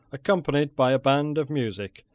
accompanied by a band of music,